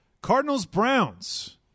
Cardinals-Browns